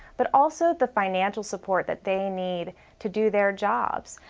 but also the financial support that they need to do their jobs.